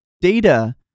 data